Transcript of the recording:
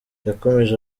yakomeje